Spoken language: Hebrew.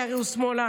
כי הרי הוא שמאלן,